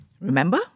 Remember